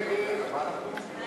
מי